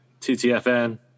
TTFN